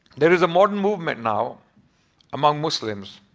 there is a modern movement now among muslims.